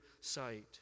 sight